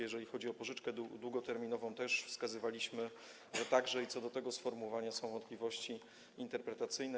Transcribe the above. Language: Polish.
Jeżeli chodzi o pożyczkę długoterminową, to też wskazywaliśmy, że także co do tego sformułowania są wątpliwości interpretacyjne.